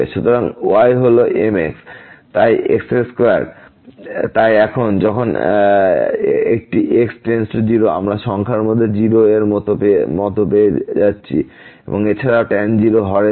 সুতরাং y হল mx তাই x2 তাই এখন যখন একটি x → 0 আমরা সংখ্যার মধ্যে 0 এর মত পেয়ে যাচ্ছি এবং এছাড়াও tan 0 হরেতে